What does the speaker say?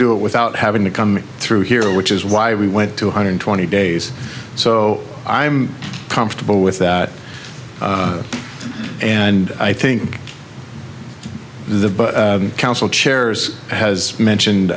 do it without having to come through here which is why we went to one hundred twenty days so i'm comfortable with that and i think the council chairs has mentioned